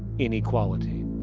inequality.